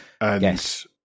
Yes